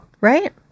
Right